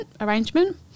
arrangement